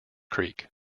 creek